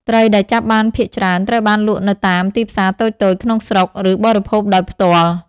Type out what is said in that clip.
ត្រីដែលចាប់បានភាគច្រើនត្រូវបានលក់នៅតាម ទីផ្សារតូចៗ ក្នុងស្រុក ឬបរិភោគដោយផ្ទាល់។